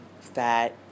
fat